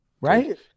Right